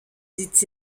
dit